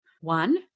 one